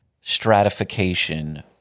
stratification